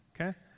Okay